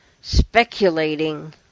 speculating